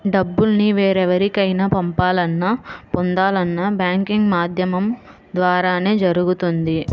డబ్బుల్ని వేరెవరికైనా పంపాలన్నా, పొందాలన్నా బ్యాంకింగ్ మాధ్యమం ద్వారానే జరుగుతుంది